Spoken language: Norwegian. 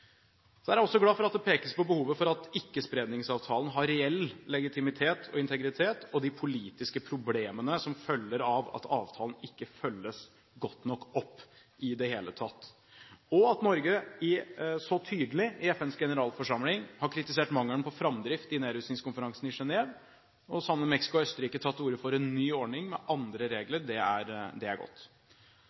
er også glad for at man peker på behovet for at Ikke-spredningsavtalen har reell legitimitet og integritet og de politiske problemene som følger av at avtalen ikke følges godt nok opp, at Norge så tydelig i FNs generalforsamling har kritisert mangelen på framdrift i Nedrustningskonferansen i Genève, og at vi sammen med Mexico og Østerrike har tatt til orde for en ny ordning med andre regler – det er